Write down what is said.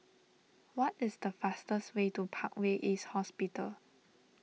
what is the fastest way to Parkway East Hospital